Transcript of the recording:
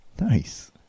Nice